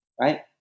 Right